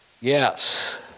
Yes